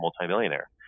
multimillionaire